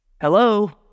Hello